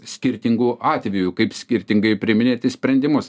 skirtingų atvejų kaip skirtingai priiminėti sprendimus